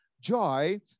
joy